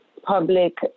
public